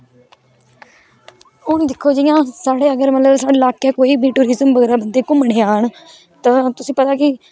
हून दिक्खो जियां साढ़े अगर मतलब साढ़े टूरिमज कन्नै घूमन आए दे होन तां तुसेगी पता के